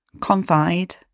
Confide